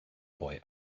boy